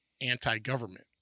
anti-government